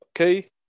Okay